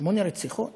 שמונה רציחות